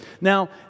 Now